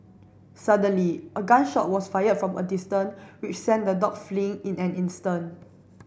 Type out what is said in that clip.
suddenly a gun shot was fired from a distance which sent the dog fleeing in an instant